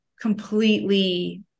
completely